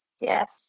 Yes